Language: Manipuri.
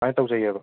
ꯁꯨꯃꯥꯏꯅ ꯇꯧꯖꯩꯑꯕ